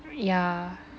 yeah